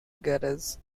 garage